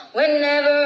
Whenever